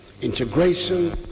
integration